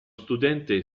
studente